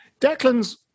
Declan's